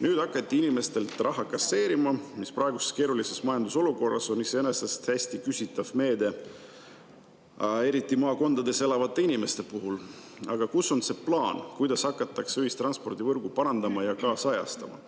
Nüüd hakati inimestelt raha kasseerima, mis praeguses keerulises majandusolukorras on iseenesest hästi küsitav meede, eriti maakondades elavate inimeste puhul. Aga kus on see plaan, kuidas hakatakse ühistranspordivõrku parandama ja kaasajastama?